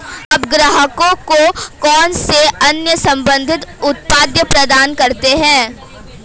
आप ग्राहकों को कौन से अन्य संबंधित उत्पाद प्रदान करते हैं?